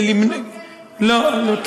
אבל זה באותו כלא עם אותם קצינים.